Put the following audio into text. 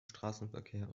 straßenverkehr